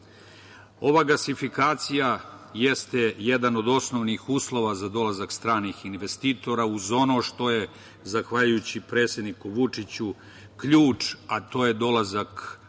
gasifikacija jeste jedan od osnovnih uslova za dolazak stranih investitora uz ono što je zahvaljujući predsedniku Vučiću ključ, a to je dolazak autoputa